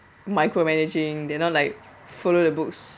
micromanaging they are not like follow the books